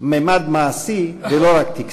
ממד מעשי ולא רק טקסי.